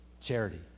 charity